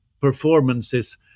performances